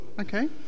Okay